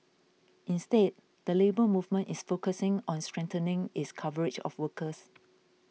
instead the Labour Movement is focusing on strengthening its coverage of workers